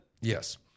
yes